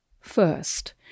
First